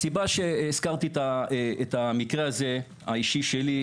הסיבה שהזכרתי את המקרה האישי שלי,